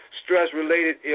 stress-related